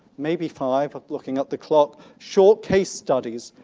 maybe five, looking at the clock, short case studies,